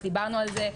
אז דיברנו על זה,